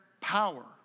power